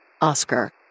Oscar